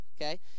okay